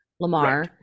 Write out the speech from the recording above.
Lamar